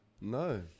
no